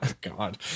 God